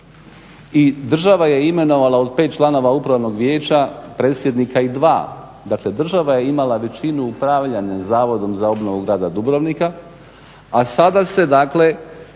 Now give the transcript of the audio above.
i država je imenovala od pet članova upravnog vijeća predsjednika i dva dakle država je imala većinu upravljanja Zavodom za obnovu grada Dubrovnika, a sada grad